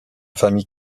famille